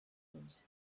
euros